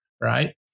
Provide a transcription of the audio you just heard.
right